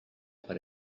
per